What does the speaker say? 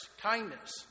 kindness